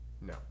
No